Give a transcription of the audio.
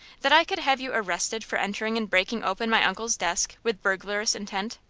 that i could have you arrested for entering and breaking open my uncle's desk with burglarious intent?